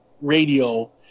radio